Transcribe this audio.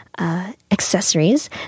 Accessories